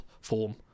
form